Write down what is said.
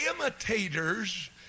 imitators